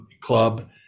club